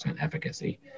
efficacy